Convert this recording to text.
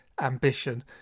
ambition